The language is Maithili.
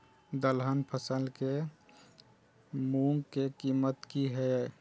दलहन फसल के मूँग के कीमत की हय?